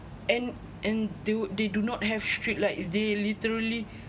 and and do they do not have street lights they literally